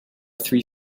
three